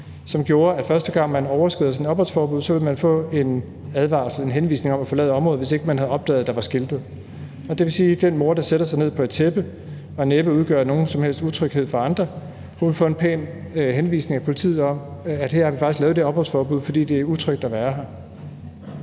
om, at første gang, man overskrider sådan et opholdsforbud, vil man få en advarsel, altså en henvisning om at forlade området, hvis ikke man havde opdaget, at der var skiltet. Det vil sige, at den mor, der sætter sig ned på et tæppe og næppe udgør nogen som helst utryghed for andre, vil få en pæn henvisning af politiet om, at man her faktisk har lavet det opholdsforbud, fordi det er utrygt at være der.